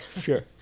Sure